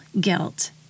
guilt